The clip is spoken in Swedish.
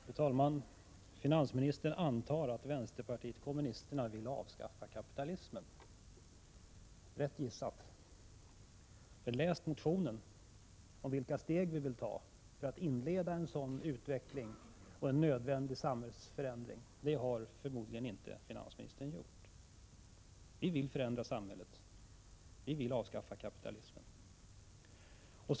Fru talman! Finansministern antar att vänsterpartiet kommunisterna vill avskaffa kapitalismen. Rätt gissat. Men läst motionen om vilka steg vi vill ta för att inleda en sådan utveckling och en nödvändig samhällsförändring har förmodligen inte finansministern gjort. Vi vill förändra samhället, vi vill avskaffa kapitalismen.